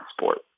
sport